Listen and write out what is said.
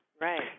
right